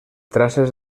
traces